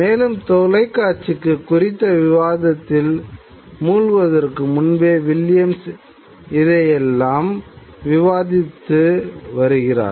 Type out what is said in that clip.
மேலும் தொலைக்காட்சிக் குறித்த விவாதத்தில் மூழ்குவதற்கு முன்பே வில்லியம்ஸ் இதையெல்லாம் விவாதித்து வருகிறார்